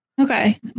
Okay